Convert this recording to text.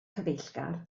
cyfeillgar